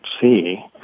see